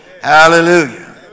Hallelujah